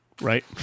Right